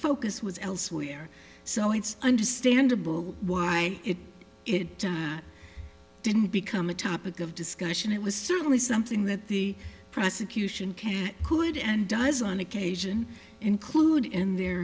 focus was elsewhere so it's understandable why it didn't become a topic of discussion it was certainly something that the prosecution case could and does on occasion include in their